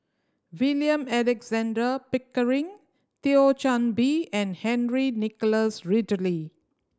William Alexander Pickering Thio Chan Bee and Henry Nicholas Ridley